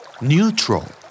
Neutral